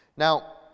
Now